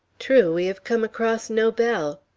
true, we have come across no bell.